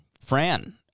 Fran